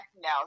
no